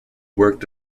worked